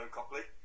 Copley